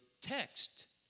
text